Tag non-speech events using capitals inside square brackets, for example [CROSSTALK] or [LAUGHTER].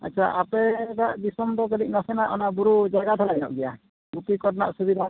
ᱟᱪᱪᱷᱟ ᱟᱯᱮ ᱨᱮᱭᱟᱜ ᱫᱤᱥᱚᱢ ᱫᱚ ᱠᱟᱹᱴᱤᱡ ᱱᱟᱥᱮᱱᱟᱜ ᱚᱱᱟ ᱵᱩᱨᱩ ᱡᱟᱭᱜᱟ ᱫᱷᱟᱨᱮ ᱧᱚᱜ ᱜᱮᱭᱟ [UNINTELLIGIBLE] ᱠᱚ ᱨᱮᱭᱟᱜ ᱥᱩᱵᱤᱫᱷᱟ ᱠᱚ